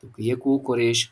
dukwiye kuwukoresha.